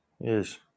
Yes